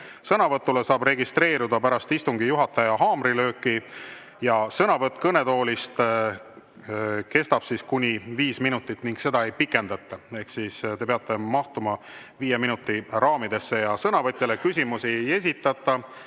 Sõnavõtuks saab registreeruda pärast istungi juhataja haamrilööki. Sõnavõtt kõnetoolist kestab kuni viis minutit ning seda ei pikendata ehk siis te peate mahtuma viie minuti raamidesse. Sõnavõtjale küsimusi ei esitata